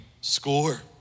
score